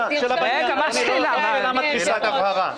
שאלת הבהרה.